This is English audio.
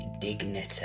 dignity